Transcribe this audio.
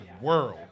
world